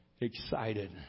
excited